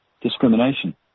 discrimination